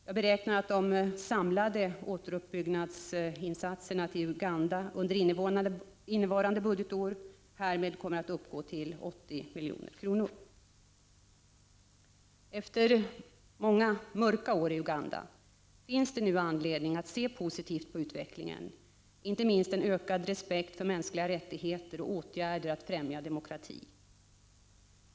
Jag beräknar att de samlade återuppbyggnadsinsatserna till Uganda under innevarande budgetår härmed kommer att uppgå till 80 milj.kr. Efter många mörka år i Uganda finns det nu anledning att se positivt på utvecklingen, inte minst när det gäller en ökad respekt för mänskliga rättigheter och åtgärder för att främja demokrati.